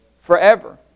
Forever